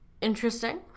interesting